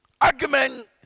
Argument